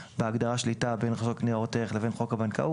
בהגדרה "שליטה" בין חוק ניירות ערך לבין חוק הבנקאות.